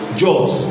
jobs